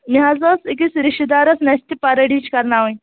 مےٚ حظ اوس أکِس رِشتہٕ دارس نَستہِ پَر أڈِج کَڈناوٕنۍ